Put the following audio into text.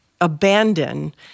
abandon